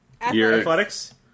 Athletics